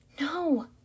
No